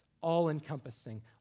all-encompassing